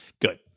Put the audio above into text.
Good